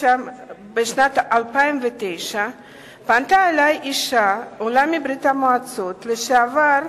בשנת 2009 פנתה אלי אשה עולה מברית-המועצות לשעבר,